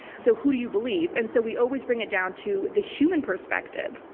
so who do you believe? and so we always bring it down to the human perspective.